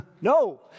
No